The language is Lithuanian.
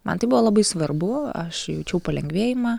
man tai buvo labai svarbu aš jaučiau palengvėjimą